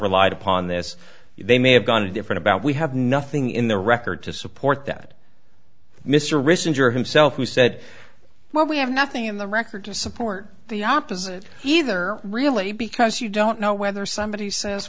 relied upon this they may have gone a different about we have nothing in the record to support that mr rich injure himself we said well we have nothing in the record to support the opposite either really because you don't know whether somebody says